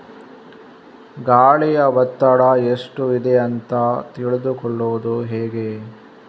ಗಾಳಿಯ ಒತ್ತಡ ಎಷ್ಟು ಇದೆ ಅಂತ ತಿಳಿದುಕೊಳ್ಳುವುದು ಹೇಗೆ?